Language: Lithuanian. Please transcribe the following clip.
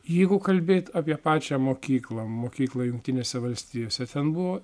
jeigu kalbėt apie pačią mokyklą mokykla jungtinėse valstijose ten buvo